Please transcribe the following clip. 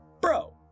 bro